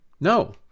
No